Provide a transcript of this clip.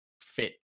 fit